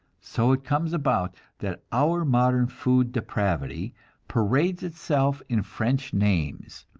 so it comes about that our modern food depravity parades itself in french names,